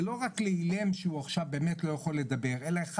זה לא רק כי הוא אילם כי הוא לא יכול לדבר זה אחד